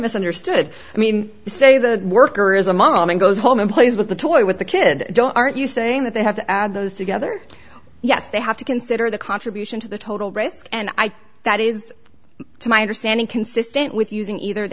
misunderstood i mean to say the worker is a mom and goes home and plays with the toy with the kid don't aren't you saying that they have to add those together yes they have to consider the contribution to the total risk and i think that is to my understanding consistent with using either